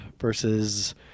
versus